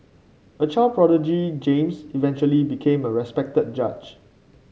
a child prodigy James eventually became a respected judge